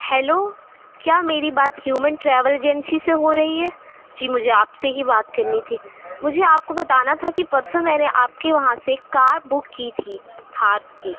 hello کیا میری بات ہیومن ٹریول ایجنسی سے ہو رہی ہے جی مجھے آپ سے ہی بات کرنی تھی مجھے آپ کو بتانا تھا کہ پرسوں میں نے آپ کے وہاں سے کار بک کی تھی تھار کی